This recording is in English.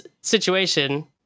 situation